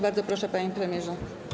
Bardzo proszę, panie premierze.